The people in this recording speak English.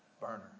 burner